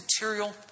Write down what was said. material